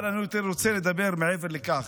אבל אני רוצה לדבר מעבר לכך.